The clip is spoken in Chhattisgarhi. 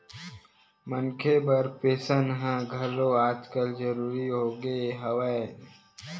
मनखे बर पेंसन ह घलो आजकल जरुरी होगे हवय